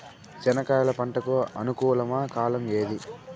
చెనక్కాయలు పంట కు అనుకూలమా కాలం ఏది?